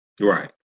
Right